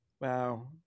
wow